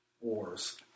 wars